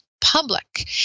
public